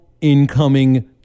incoming